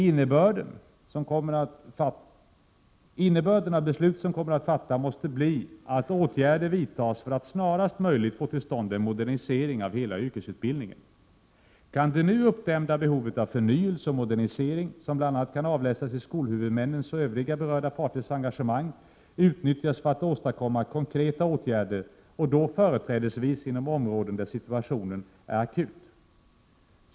Innebörden av de beslut som kommer att fattas måste bli att åtgärder vidtas för att snarast möjligt få till stånd en modernisering av hela yrkesutbildningen. Kan det nu uppdämda behovet av förnyelse och modernisering, som bl.a. kan avläsas i skolhuvudmännens och övriga berörda parters engagemang, utnyttjas för att åstadkomma konkreta åtgärder och då företrädesvis inom områden där situationen är akut?